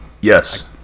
Yes